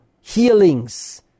healings